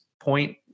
point